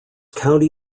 county